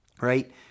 right